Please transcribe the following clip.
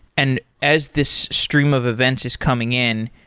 and as this stream of events is coming in,